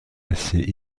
acier